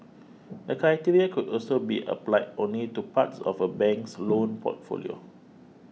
the criteria could also be applied only to parts of a bank's loan portfolio